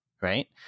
right